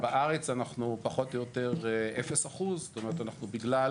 בארץ אנחנו פחות או יותר 0%. בגלל